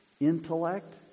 intellect